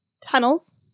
tunnels